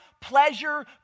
pleasure